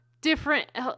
different